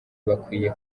bakwiye